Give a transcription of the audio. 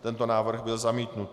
Tento návrh byl zamítnut.